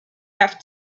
have